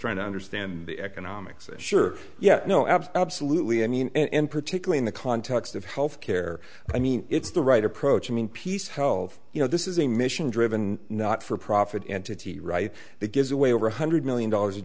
trying to understand the economics of sure yeah no absolutely i mean and particularly in the context of health care i mean it's the right approach i mean piece health you know this is a mission driven not for profit entity right that gives away over one hundred million dollars